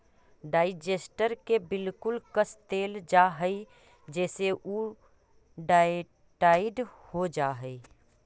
digester के बिल्कुल कस देल जा हई जेसे उ एयरटाइट हो जा हई